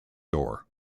door